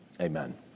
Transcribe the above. amen